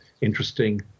interesting